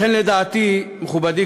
לכן, לדעתי, מכובדי